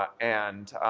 ah and,